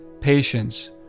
patience